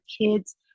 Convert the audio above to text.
kids